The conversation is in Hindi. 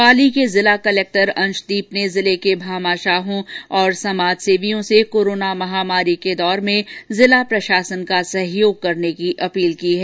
पाली के जिला कलक्टर अंश दीप ने जिले के भामाशाहों और समाजसेवियों से कोराना महामारी के दौर में जिला प्रशासन का सहयोग करने की अपील की है